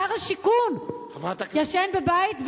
שר השיכון ישן בבית,